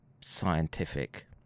scientific